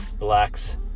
Relax